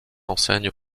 enseigne